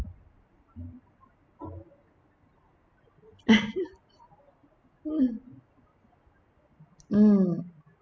mm